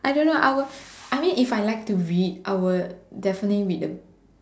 I don't know I was I mean if I like to read I would definitely read the